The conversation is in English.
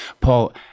Paul